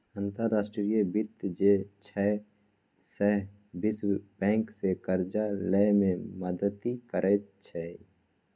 अंतर्राष्ट्रीय वित्त जे छै सैह विश्व बैंकसँ करजा लए मे मदति करैत छै